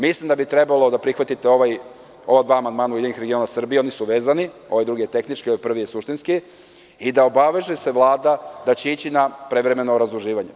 Mislim da bi trebalo da prihvatite ova dva amandmana URS, oni su vezani, ovaj drugi je tehnički, ovaj prvi je suštinski, i da se Vlada obaveže da će ići na prevremeno razduživanje.